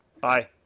Bye